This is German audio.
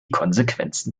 konsequenzen